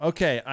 Okay